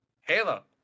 Halo